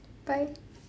bye